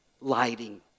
lighting